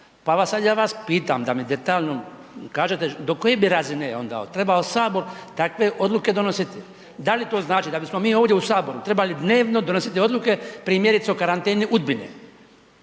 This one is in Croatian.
Pa ja vas sada pitam da mi detaljno kažete do koje bi razine trebao … trebao Sabor takve odluke donositi? Da li to znači da bismo mi ovdje u Saboru trebali dnevno donositi odluke primjerice o karanteni Udbine